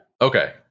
Okay